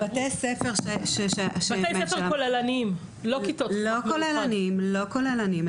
--- לא כוללניים, לא כוללניים.